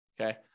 Okay